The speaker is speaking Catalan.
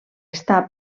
està